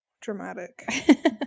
dramatic